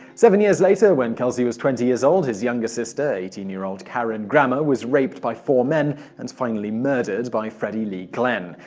seven years later, when kelsey was twenty years old, his younger sister, eighteen year old karen grammer, was raped by four men and murdered by freddie lee glenn.